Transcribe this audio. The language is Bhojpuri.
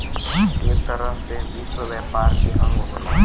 एक तरह से विश्व व्यापार के अंग होला